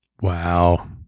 Wow